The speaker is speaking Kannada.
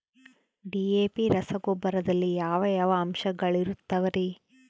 ಡಿ.ಎ.ಪಿ ರಸಗೊಬ್ಬರದಲ್ಲಿ ಯಾವ ಯಾವ ಅಂಶಗಳಿರುತ್ತವರಿ?